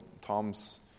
Tom's